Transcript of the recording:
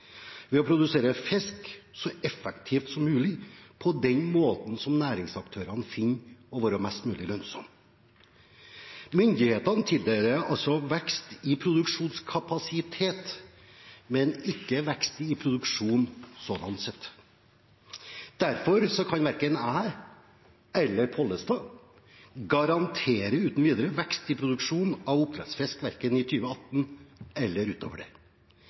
ved å produsere fisk så effektivt som mulig på den måten som næringsaktørene finner å være mest mulig lønnsom. Myndighetene tildeler vekst i produksjonskapasitet, men ikke vekst i produksjon som sådan. Derfor kan verken jeg eller Pollestad uten videre garantere vekst i produksjon av oppdrettsfisk, verken i 2018 eller utover det.